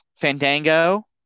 Fandango